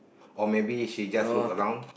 or maybe she just look around